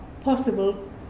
possible